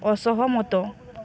ଅସହମତ